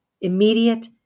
immediate